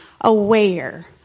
aware